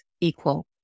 equal